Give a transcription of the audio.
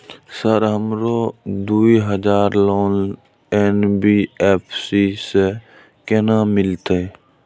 Sir हमरो दूय हजार लोन एन.बी.एफ.सी से केना मिलते?